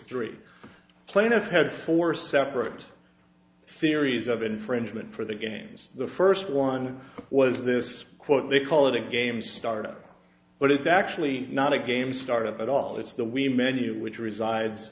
three plaintiff had four separate series of infringement for the games the first one was this quote they call it a game started out but it's actually not a game start at all it's the we many of which resides